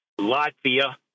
Latvia